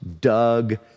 Doug